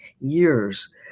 years